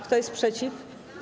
Kto jest przeciw?